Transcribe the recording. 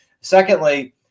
Secondly